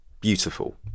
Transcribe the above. beautiful